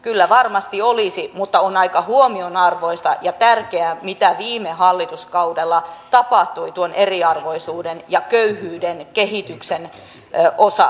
kyllä varmasti olisi mutta on aika huomionarvoista ja tärkeää mitä viime hallituskaudella tapahtui tuon eriarvoisuuden ja köyhyyden kehityksen osalta